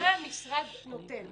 הרי המשרד נותן.